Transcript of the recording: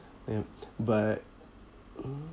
yup but